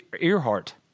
Earhart